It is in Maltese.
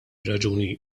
raġuni